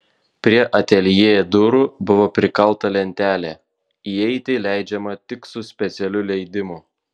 prie ateljė durų buvo prikalta lentelė įeiti leidžiama tik su specialiu leidimu